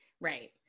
Right